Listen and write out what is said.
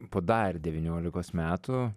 po dar devyniolikos metų